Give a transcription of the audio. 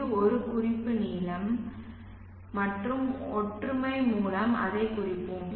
இது ஒரு குறிப்பு நீளம் மற்றும் ஒற்றுமை மூலம் அதைக் குறிப்போம்